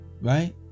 right